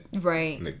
right